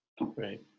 Right